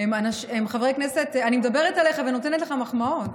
הם חברי כנסת, אני מדברת עליך, ונותנת לך מחמאות.